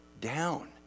down